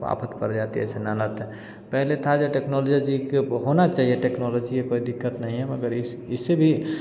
आफत पड़ जाती है ऐसे लानत है पहले था जब टेक्नोलॉजी होना चाहिए टेक्नोलॉजी कोई दिक्कत नहीं है मगर इस इससे भी